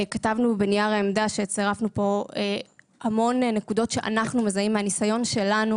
כתבנו בנייר העמדה שצירפנו פה המון נקודות שאנחנו מזהים מהניסיון שלנו,